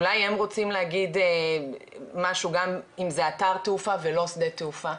אולי הם רוצים להגיד משהו גם אם זה אתר תעופה ולא שדה תעופה.